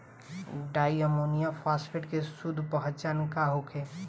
Di ammonium phosphate के शुद्ध पहचान का होखे?